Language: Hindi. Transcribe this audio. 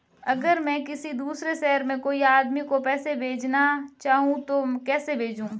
अगर मैं किसी दूसरे शहर में कोई आदमी को पैसे भेजना चाहूँ तो कैसे भेजूँ?